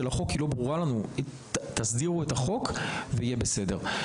החוק לא ברורה ורק כשנסדיר את החוק יהיה בסדר.